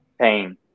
pain